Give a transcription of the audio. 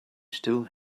still